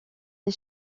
des